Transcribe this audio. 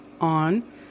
on